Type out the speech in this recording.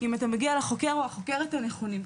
אם אתה מגיע לחוקר או החוקרת הנכונים.